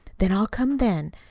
then i'll come then.